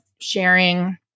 sharing